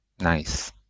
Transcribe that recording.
nice